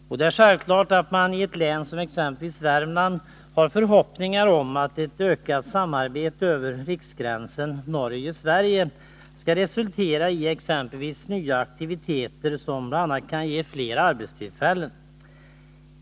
Och det är självklart att man i ett län som exempelvis Värmland har förhoppningar om att ett ökat samarbete över riksgränsen mellan Norge och Sverige skall resultera i t.ex. nya aktiviteter som bl.a. kan ge fler arbetstillfällen.